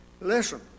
Listen